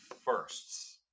firsts